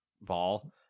ball